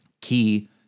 key